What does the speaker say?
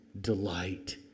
delight